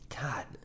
God